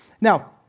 Now